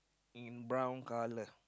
in brown colour